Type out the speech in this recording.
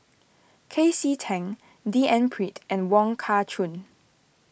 C K Tang D N Pritt and Wong Kah Chun